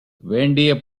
வேண்டிய